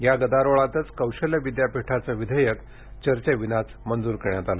या गदारोळातेच कौशल्य विद्यापीठाचं विधेयक चर्चेविनाच मंजूर करण्यात आलं